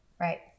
Right